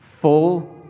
full